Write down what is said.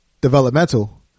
developmental